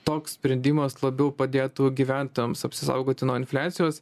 toks sprendimas labiau padėtų gyventojams apsisaugoti nuo infliacijos